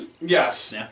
Yes